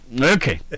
Okay